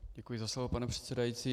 Děkuji za slovo, pane předsedající.